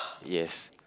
yes